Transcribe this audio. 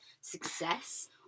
success